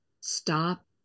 stop